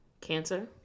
Cancer